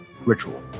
ritual